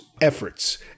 efforts